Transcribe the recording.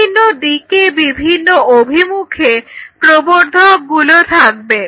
বিভিন্ন দিকে বিভিন্ন অভিমুখে প্রবর্ধকগুলো থাকবে